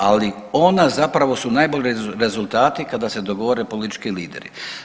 Ali ona zapravo su najbolji rezultati kada se dogovore politički lideri.